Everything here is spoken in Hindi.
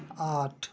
आठ